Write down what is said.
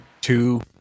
two